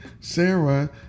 Sarah